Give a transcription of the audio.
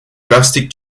drastic